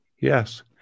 Yes